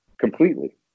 completely